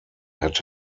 had